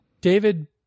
David